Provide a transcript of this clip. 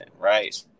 right